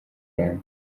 rwanda